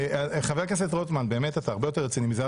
חבר הכנסת רוטמן, באמת אתה הרבה יותר רציני מזה.